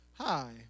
hi